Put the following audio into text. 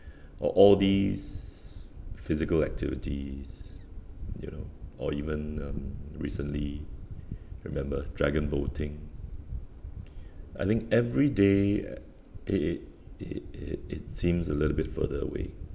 or all these physical activities you know or even um recently remember dragon boating I think every day a~ it it it it it seems a little bit further away